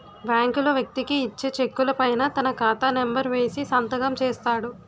బ్యాంకులు వ్యక్తికి ఇచ్చే చెక్కుల పైన తన ఖాతా నెంబర్ వేసి సంతకం చేస్తాడు